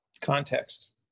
context